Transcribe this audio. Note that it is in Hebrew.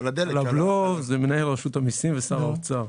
על הבלו זה מנהל רשות המיסים ושר האוצר.